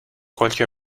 qualche